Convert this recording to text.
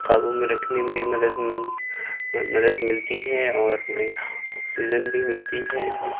قابو میں رکھنے میں مدد مدد ملتی ہے اور ہمیں آکسیجن بھی ملتی ہے ہمیں